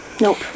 nope